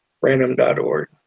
random.org